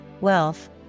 wealth